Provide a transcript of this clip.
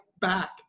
back